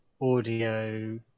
audio